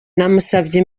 namusabye